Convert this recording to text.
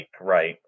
right